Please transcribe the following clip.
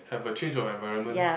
have a change of environment